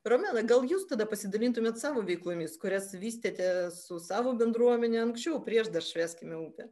romena gal jūs tada pasidalintumėt savo veiklomis kurias vystėte su savo bendruomene anksčiau prieš dar švęskime upę